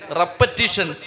repetition